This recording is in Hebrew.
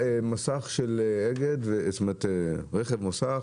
מגיע רכב מוסך,